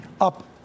up